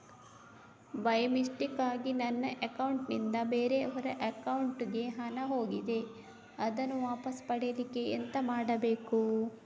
By ಮಿಸ್ಟೇಕಾಗಿ ನನ್ನ account ನಿಂದ ಬೇರೆಯವರ ಅಕೌಂಟ್ ಗೆ ಹಣ ಹೋಗಿದೆ ಅದನ್ನು ವಾಪಸ್ ಪಡಿಲಿಕ್ಕೆ ಎಂತ ಮಾಡಬೇಕು?